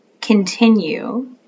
continue